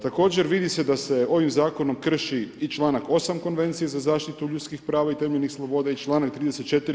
Također vidi se da se ovim zakonom krši i članak 8. Konvencije za zaštitu ljudskih prava i temeljnih sloboda i članak 34.